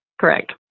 Correct